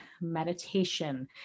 meditation